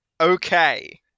Okay